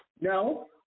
No